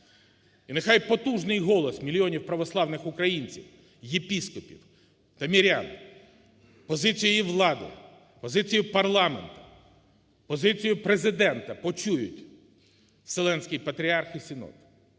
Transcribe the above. І нехай потужний голос мільйонів православних українців, єпископів та мирян, позицію влади, позицію парламенту, позицію Президента почують Вселенський Патріарх і Синод.